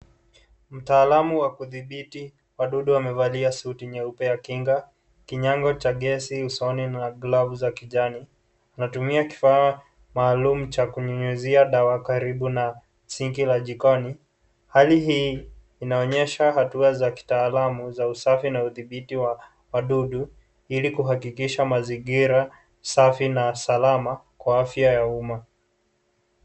Mtaalamu wa kudhibiti wadudu wamevalia suti nyeupe ya kinga, kinyago cha gesi usoni na glavu za kijani wanatumia kifaa maalum cha kunyunyizia dawa karibu na sinki ya jikoni, hali hii inaonyesha hatua za kitaalamu za usafi na udhibiti wa wadudu ili kuhakikisha mazingira safi na salama kwa afya ya umma.